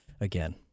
again